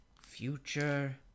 future